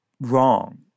wrong